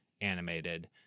animated